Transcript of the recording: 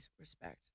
respect